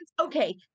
okay